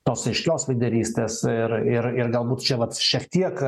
tos aiškios lyderystės ir ir ir galbūt čia vat šiek tiek